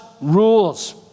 rules